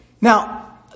Now